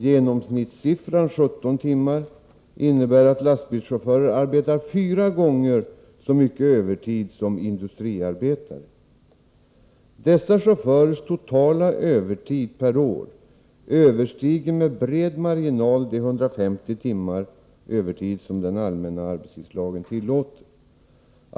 Genomsnittssiffran på 17 timmar innebär att lastbilschaufförer arbetar fyra gånger så mycket övertid som industriarbetare. Dessa chaufförers totala övertid per år överstiger med bred marginal de 150 timmar som den allmänna arbetstidslagen tillåter.